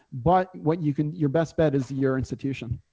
but what you can. your best bet is your institution.